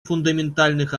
фундаментальных